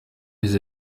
mes